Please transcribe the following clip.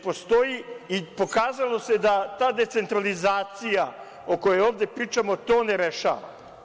Pokazalo se da ta decentralizacija, o kojoj ovde pričamo, to ne rešava.